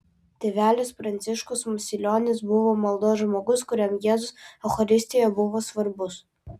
tėvelis pranciškus masilionis buvo maldos žmogus kuriam jėzus eucharistijoje buvo svarbus